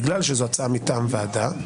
בגלל שזו הצעה מטעם ועדה,